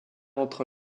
entre